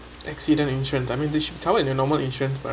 accident insurance I mean they should cover in your normal insurance but